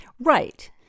Right